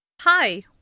hi